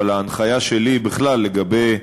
אבל ההנחיה שלי בכלל לגבי,